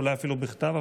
אולי אפילו בכתב,